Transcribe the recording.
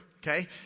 Okay